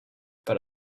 but